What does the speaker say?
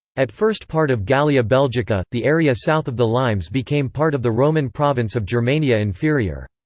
at first part of gallia belgica, the area south of the limes became part of the roman province of germania inferior.